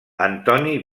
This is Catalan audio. antoni